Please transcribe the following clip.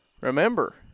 remember